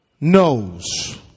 knows